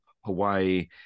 Hawaii